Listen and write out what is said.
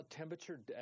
Temperature